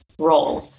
role